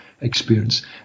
experience